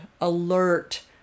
alert